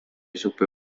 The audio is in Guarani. chupe